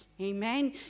Amen